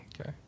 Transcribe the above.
Okay